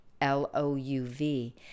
L-O-U-V